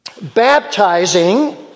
Baptizing